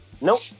Nope